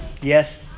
Yes